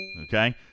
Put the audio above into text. Okay